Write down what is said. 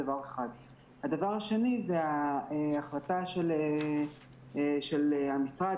הדבר השני החלטת המשרד,